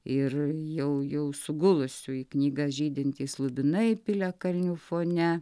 ir jau jau sugulusių į knygą žydintys lubinai piliakalnių fone